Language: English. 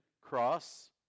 cross